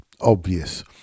obvious